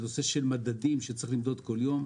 על נושא של מדדים שצריך למדוד כל יום.